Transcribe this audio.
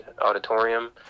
auditorium